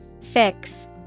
Fix